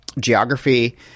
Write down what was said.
geography